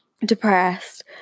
depressed